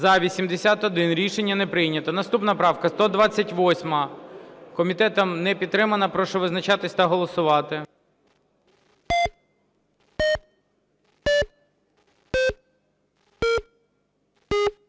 За-81 Рішення не прийнято. Наступна правка 128. Комітетом не підтримана. Прошу визначатись та голосувати.